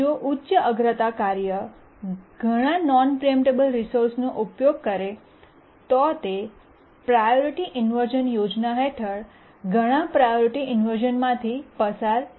જો ઉચ્ચ અગ્રતા કાર્ય ઘણા નોન પ્રીએમ્પટેબલ રિસોર્સનો ઉપયોગ કરે તો તે પ્રાયોરિટી ઇન્વર્શ઼ન હેઠળ ઘણા પ્રાયોરિટી ઇન્વર્શ઼નમાંથી પસાર થઈ શકે છે